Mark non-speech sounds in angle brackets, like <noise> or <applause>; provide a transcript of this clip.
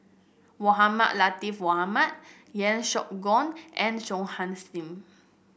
Mohamed Latiff Mohamed Yeo Siak Goon and <unintelligible> Singh